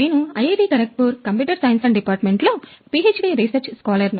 నేను IIT Kharagpur computer science department లో PhD research scholar ను